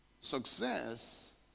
Success